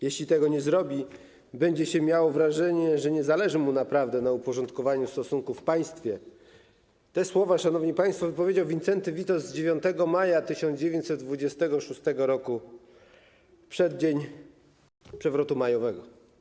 Jeśli tego nie zrobi, będzie się miało wrażenie, że nie zależy mu naprawdę na uporządkowaniu stosunków w państwie˝ - te słowa, szanowni państwo, wypowiedział Wincenty Witos 9 maja 1926 r., w przeddzień przewrotu majowego.